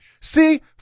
See